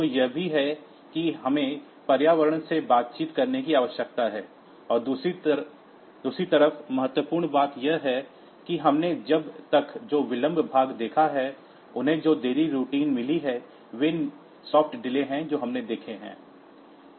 तो यह भी है कि हमें पर्यावरण के साथ बातचीत करने की आवश्यकता है और दूसरी महत्वपूर्ण बात यह है कि हमने अब तक जो डिले भाग देखा है उन्हें जो देरी रूटीन मिली है वे सॉफ्ट डिले हैं जो हमने देखे हैं